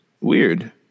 Weird